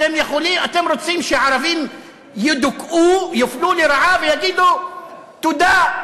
אתם רוצים שערבים ידוכאו, יופלו לרעה ויגידו תודה.